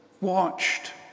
watched